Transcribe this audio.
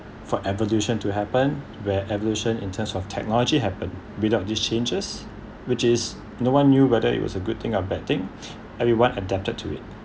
for evolution to happen where evolution in terms of technology happen without these changes which is no one knew whether it was a good thing or bad thing everyone adapted to it